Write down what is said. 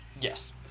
Yes